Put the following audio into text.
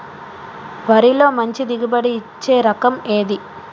వరిలో మంచి దిగుబడి ఇచ్చే రకం ఏది?